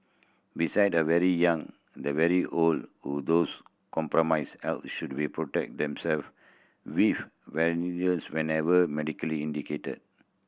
beside the very young the very old or those compromised health should be protect them self with vaccines whenever medically indicated